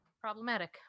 problematic